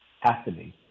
happening